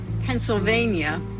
Pennsylvania